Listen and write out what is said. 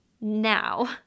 now